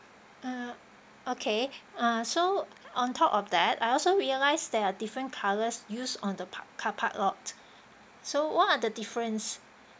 ah okay ah so on top of that I also realise there are different colours used on the park car park lot so what are the difference